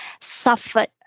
suffered